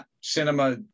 cinema